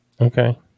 Okay